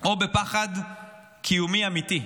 או בפחד קיומי אמיתי.